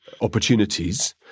opportunities